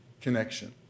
connection